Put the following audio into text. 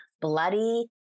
bloody